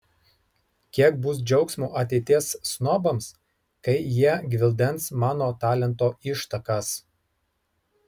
kiek bus džiaugsmo ateities snobams kai jie gvildens mano talento ištakas